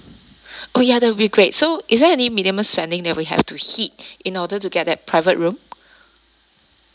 oh ya that will be great so is there any minimum spending that we have to hit in order to get that private room